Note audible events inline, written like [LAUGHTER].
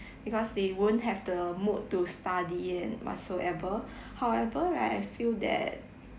because they won't have the mood to study and whatsoever [BREATH] however right I feel that